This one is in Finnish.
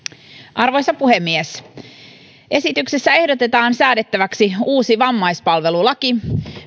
arvoisa puhemies esityksessä ehdotetaan vihdoin säädettäväksi uusi vammaispalvelulaki